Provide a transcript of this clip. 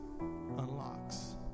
unlocks